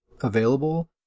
available